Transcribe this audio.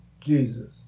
Jesus